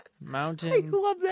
Mountain